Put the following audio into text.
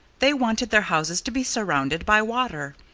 they wanted their houses to be surrounded by water,